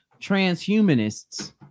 transhumanists